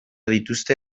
dituzte